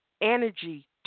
energy